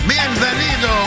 Bienvenido